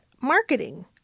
marketing